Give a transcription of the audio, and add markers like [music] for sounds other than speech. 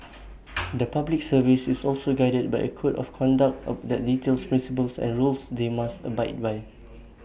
[noise] the Public Service is also guided by A code of conduct of that details principles and rules they must abide by